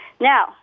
Now